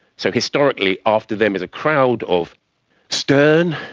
so historically after them is a crowd of stern,